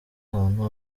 ahantu